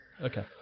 Okay